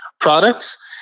products